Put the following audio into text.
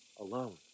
alone